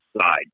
side